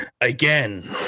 again